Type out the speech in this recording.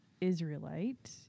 Israelite